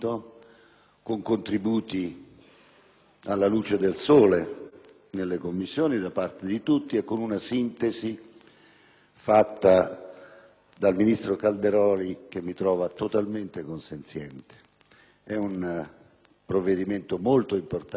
alla luce del sole da parte di tutti, la cui sintesi, fatta dal ministro Calderoli, mi trova totalmente consenziente. È un provvedimento molto importante, strutturale